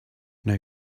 now